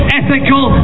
ethical